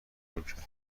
کرد